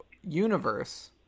universe